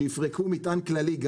שיפרקו מטען כללי,